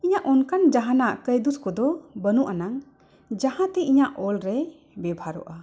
ᱤᱧᱟᱹᱜ ᱚᱱᱠᱟᱱ ᱡᱟᱦᱟᱱᱟᱜ ᱠᱟᱹᱭᱫᱩᱥ ᱠᱚᱫᱚ ᱵᱟᱹᱱᱩᱜ ᱟᱱᱟᱝ ᱡᱟᱦᱟᱸ ᱛᱮ ᱤᱧᱟᱹᱜ ᱚᱞᱨᱮ ᱵᱮᱵᱷᱟᱨᱚᱜᱼᱟ